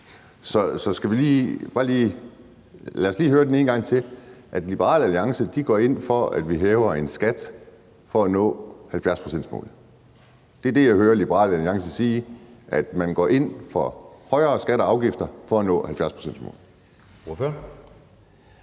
bare lige høre den én gang til: Liberal Alliance går ind for, at vi hæver en skat for at nå 70-procentsmålet. Det er det, jeg hører Liberal Alliance sige: Man går ind for højere skatter og afgifter for at nå 70-procentsmålet.